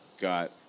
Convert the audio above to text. got